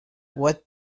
what